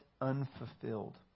unfulfilled